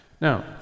Now